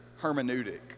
hermeneutic